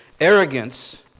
Arrogance